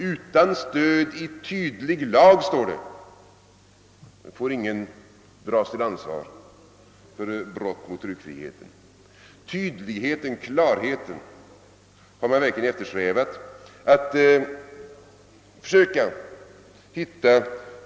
Utan stöd i tydlig lag, står det, får ingen ställas till ansvar för brott mot tryckfrihetsförordningen. Tydligheten och klarheten har man verkligen eftersträvat.